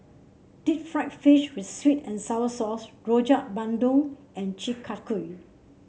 Deep Fried Fish with sweet and sour sauce Rojak Bandung and Chi Kak Kuih